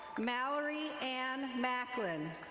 mallory ann macklin.